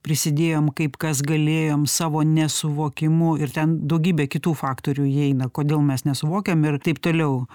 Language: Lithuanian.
prisidėjom kaip kas galėjom savo nesuvokimu ir ten daugybė kitų faktorių įeina kodėl mes nesuvokiam ir taip toliau